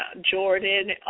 Jordan